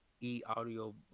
e-audio